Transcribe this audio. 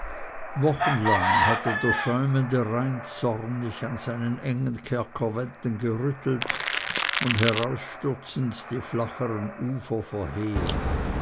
wochenlang hatte der schäumende rhein zornig an seinen engen kerkerwänden gerüttelt und herausstürzend die flacheren ufer verheert